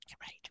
right